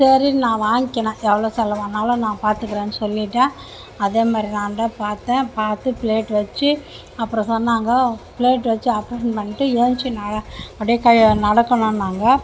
சரின்னு நான் வாங்கிக்கினன் எவ்வளோ செலவானாலும் நான் பாத்துக்குறேன்னு சொல்லிட்டேன் அதேமாதிரி நான் தான் பாத்தேன் பார்த்து ப்ளேட் வச்சு அப்பறம் சொன்னாங்க ப்ளேட்டு வச்சு ஆப்ரேஷன் பண்ணிவிட்டு ஏந்திச்சி நட அப்டே நடக்கணுன்னாங்க